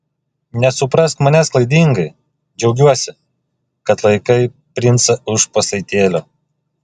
nesuprask manęs klaidingai džiaugiuosi kad laikai princą už pasaitėlio